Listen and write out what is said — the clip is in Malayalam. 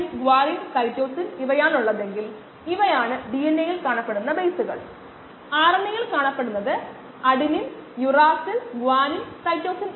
അതിനാൽ സബ്സ്ട്രേറ്റ് സാന്ദ്രത അളക്കേണ്ടതുണ്ടെങ്കിൽ താഴ്ന്ന നിലയിൽ സൂക്ഷിക്കേണ്ടതുണ്ട് കൂടാതെ ഉൽപ്പന്ന സാന്ദ്രത ഒരു നിശ്ചിത തലത്തിൽ നിലനിർത്തേണ്ടതുണ്ട് അല്ലാത്തപക്ഷം അത് വിഷലിപ്തമാകും